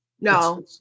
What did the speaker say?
No